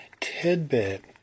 tidbit